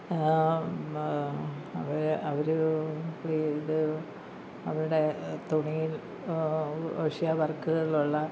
അത് അവർ ഇത് അവരുടെ തുണിയിൽ മെഷീൻ വർക്കുകളുള്ള